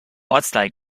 ortsteil